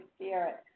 spirit